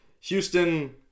Houston